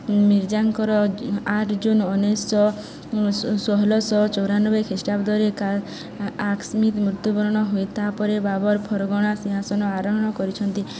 ମିର୍ଜାଙ୍କର ଆଠ ଜୁନ୍ ଉଣେଇଶ ଶହ ଷୋହଳଶହ ଚଉରାନବେ ଖ୍ରୀଷ୍ଟାବ୍ଦରେ ଆକସ୍ମିତ ମୃତ୍ୟୁବରଣ ହୁଏ ତା'ପରେ ବାବର ଫର୍ଗଣା ସିଂହାସନ ଆରୋହଣ କରିଛନ୍ତି